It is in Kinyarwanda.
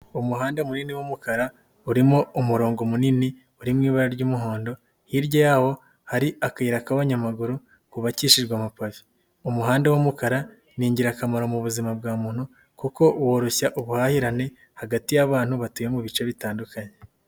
Umuhanda munini w'umukara urimo umurongo munini uri mu ibara ry'umuhondo, hirya yawo hari akayira k'abanyamaguru kubakishijwe amapave. Umuhanda w'umukara ni ingirakamaro mu buzima bwa muntu kuko woroshya ubuhahirane hagati y'abantu batuye mu bice bitandukanye.